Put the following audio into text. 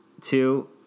Two